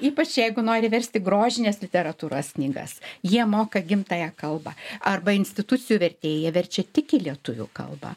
ypač jeigu nori versti grožinės literatūros knygas jie moka gimtąją kalbą arba institucijų vertėjai jie verčia tik į lietuvių kalbą